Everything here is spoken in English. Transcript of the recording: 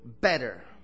better